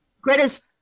Greta's